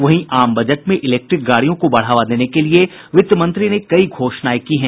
वहीं आम बजट में इलेक्ट्रीक गाड़ियों को बढ़ावा देने के लिए वित्तमंत्री ने कई घोषणाएं की हैं